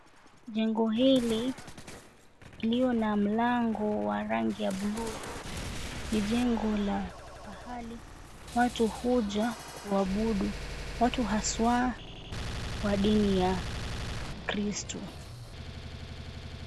Jengo hili lililo na mlango wa rangi ya buluu ni jengo la pahali watu huja kuabudu, watu haswa wa dini ya Kikristo.